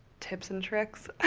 tips and tricks.